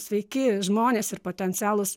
sveiki žmonės ir potencialūs